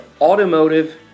automotive